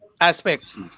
aspects